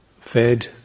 fed